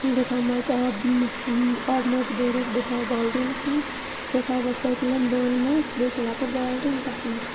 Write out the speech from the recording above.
بیٚیہِ تھاو مَچہِ آب آبہٕ مٔٹ بٔرِتھ بیٚیہِ تھاو بہٕ بالٹیٖنَس مَنٛز بیٚیہِ تھاو بہٕ پٔتۍلَن دۄن مَنٛز بیٚیہِ چھِ لۄکُٹ بالٹیٖن تَتھ مَنٛز